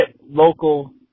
local